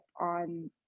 on